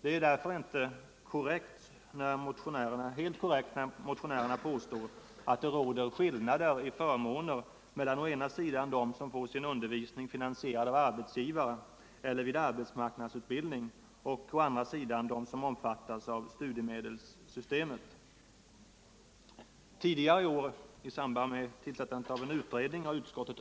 Det är därför inte helt korrekt när motionärerna påstår att det är skillnader i förmånerna för å ena sidan dem som får sin undervisning finansierad av arbetsgivaren eller vid arbetsmarknadsutbildning och å andra sidan dem som omfattas av studiemedelssystemet. Tidigare i år har utskottet, i samband med tillsättandet av en utredning,